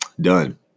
done